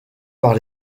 par